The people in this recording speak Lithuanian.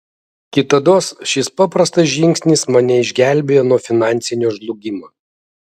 kitados šis paprastas žingsnis mane išgelbėjo nuo finansinio žlugimo